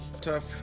tough